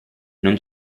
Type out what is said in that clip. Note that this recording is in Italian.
non